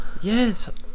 Yes